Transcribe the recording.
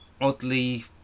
oddly